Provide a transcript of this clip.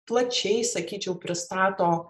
plačiai sakyčiau pristato